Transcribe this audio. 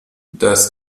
das